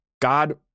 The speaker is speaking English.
God